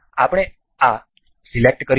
આપણે આ સિલેક્ટ કરીશું